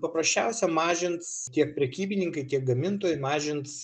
paprasčiausia mažins tiek prekybininkai tiek gamintojai mažins